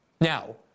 Now